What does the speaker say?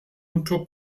unter